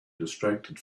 distracted